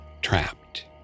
trapped